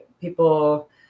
people